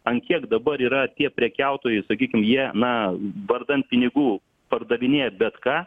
ant kiek dabar yra tie prekiautojai sakykim jie na vardan pinigų pardavinėja bet ką